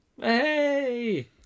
Hey